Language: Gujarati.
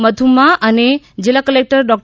મથુમ્મ અને જીલ્લા કલેક્ટર ડોં